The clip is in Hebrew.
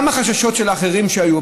גם החששות של אחרים שהיו,